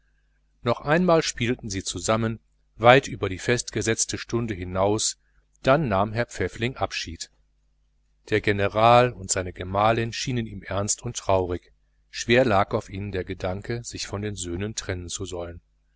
noch einmal musizierten sie zusammen weit über die festgesetzte zeit hinaus dann nahm herr pfäffling abschied der general und seine gemahlin schienen ihm ernst und traurig schwer lag auf ihnen der gedanke sich von den söhnen trennen zu sollen